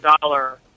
dollar